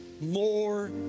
more